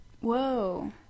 Whoa